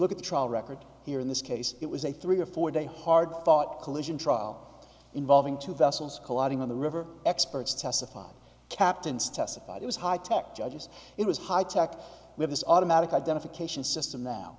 look at the trial record here in this case it was a three or four day hard fought collision trial involving two vessels colliding on the river experts testified captains testified it was high tech judges it was high tech with this automatic identification system now